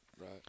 Right